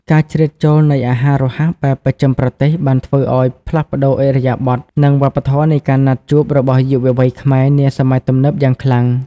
ការជ្រៀតចូលនៃអាហាររហ័សបែបបស្ចិមប្រទេស បានធ្វើឱ្យផ្លាស់ប្ដូរឥរិយាបថ និងវប្បធម៌នៃការណាត់ជួបរបស់យុវវ័យខ្មែរនាសម័យទំនើបយ៉ាងខ្លាំង។